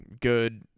good